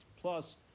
plus